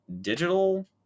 digital